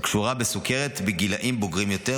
הקשורה בסוכרת בגילים בוגרים יותר,